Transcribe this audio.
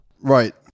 Right